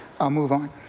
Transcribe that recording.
i'll move on.